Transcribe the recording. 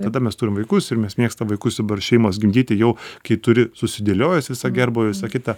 tada mes turim vaikus ir mes mėgstam vaikus dabar šeimos gimdyti jau kai turi susidėliojęs visą gerbūvį visa kita